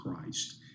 Christ